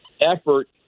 effort